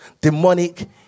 demonic